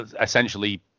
essentially